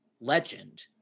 legend